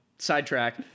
sidetrack